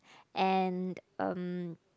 and um